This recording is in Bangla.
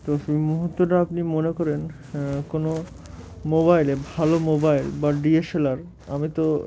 তো সেই মুহূর্তটা আপনি মনে করেন কোনো মোবাইলে ভালো মোবাইল বা ডি এস এল আর আমি তো